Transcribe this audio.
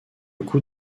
coup